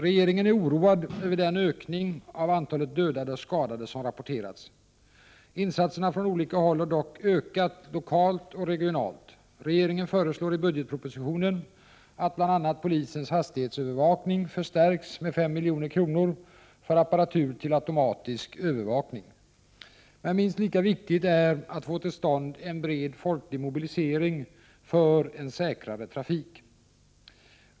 Regeringen är oroad över den ökning av antalet dödade och skadade som rapporterats. Insatserna från olika håll har dock ökat lokalt och regionalt. 83 Regeringen föreslår i budgetpropositionen att bl.a. polisens hastighetsövervakning förstärks med 5 milj.kr. för apparatur till automatisk övervakning. Men minst lika viktigt är att få till stånd en bred folklig mobilisering för en säkrare trafik.